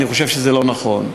אני חושב שזה לא נכון.